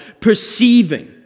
perceiving